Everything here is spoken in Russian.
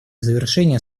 завершения